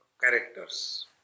characters